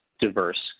diverse